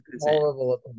horrible